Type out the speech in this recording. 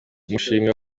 umushinga